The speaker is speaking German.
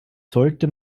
sollte